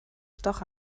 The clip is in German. doch